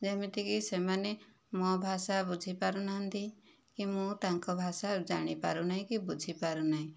ଯେମିତିକି ସେମାନେ ମୋ ଭାଷା ବୁଝି ପାରୁନାହାନ୍ତି କି ମୁଁ ତାଙ୍କ ଭାଷା ଜାଣିପାରୁ ନାହିଁ କି ବୁଝିପାରୁ ନାହିଁ